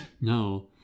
No